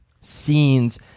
scenes